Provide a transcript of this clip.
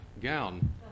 gown